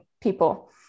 people